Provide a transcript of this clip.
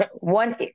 one